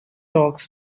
talks